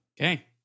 Okay